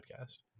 podcast